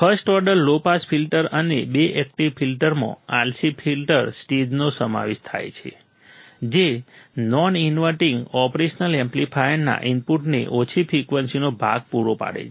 first order low pass filter અને બે active ફિલ્ટરમાં RC ફિલ્ટર સ્ટેજનો સમાવેશ થાય છે જે નોન ઇનવર્ટિંગ ઓપરેશન એમ્પ્લીફાયરના ઇનપુટને ઓછી ફ્રિકવન્સીનો ભાગ પૂરો પાડે છે